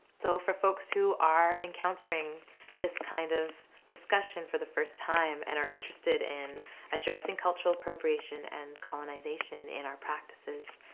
so for folks who are encountering this kinda kind of discussion for the first time and are interested in addressing cultural appropriation and colonization in our practices,